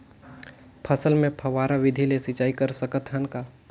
मटर मे फव्वारा विधि ले सिंचाई कर सकत हन का?